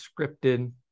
scripted